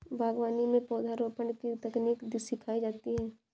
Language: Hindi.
बागवानी में पौधरोपण की तकनीक सिखाई जाती है